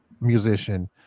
musician